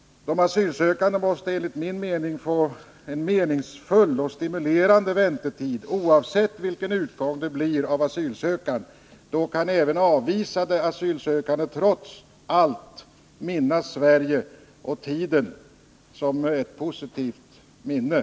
De asylsökande måste få en meningsfull och stimulerande väntetid, oavsett vilken utgång det blir av asylansökan. Då kan även avvisade asylsökande trots allt tänka på Sverigetiden som ett positivt minne.